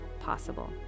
possible